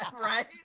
Right